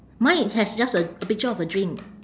mine has just a a picture of a drink